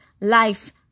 life